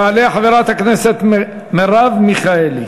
תעלה חברת הכנסת מרב מיכאלי.